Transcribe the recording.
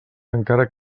encara